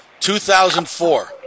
2004